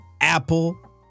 Apple